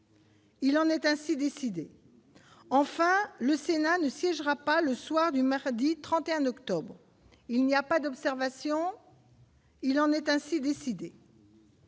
Il en est ainsi décidé, enfin, le Sénat ne siégera pas le soir du mercredi 31 octobre il n'y a pas d'observation, il en est ainsi décidé.